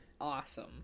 awesome